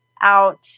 out